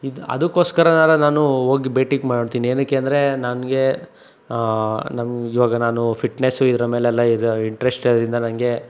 ಇದು ಅದಕೋಸ್ಕರರಾನ ನಾನು ಹೋಗಿ ಭೇಟಿ ಮಾಡ್ತೀನಿ ಏನಕ್ಕೆ ಅಂದರೆ ನನಗೆ ನನ್ಗೆ ಇವಾಗ ನಾನು ಫಿಟ್ನೆಸ್ ಇದ್ದರೂ ಮೇಲೆಲ್ಲ ಇದು ಇಂಟ್ರೆಸ್ಟ್ ಇರೋದ್ರಿಂದ ನನಗೆ